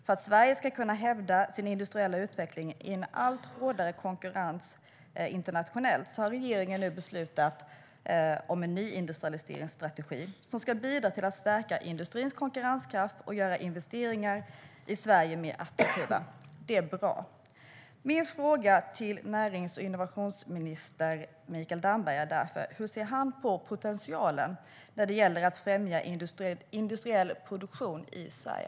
För att Sverige ska kunna hävda sin industriella utveckling i en allt hårdare konkurrens internationellt har regeringen nu beslutat om en nyindustrialiseringsstrategi som ska bidra till att stärka industrins konkurrenskraft och göra investeringar i Sverige mer attraktiva. Det är bra. Min fråga till närings och innovationsminister Mikael Damberg är därför hur han ser på potentialen när det gäller att främja industriell produktion i Sverige.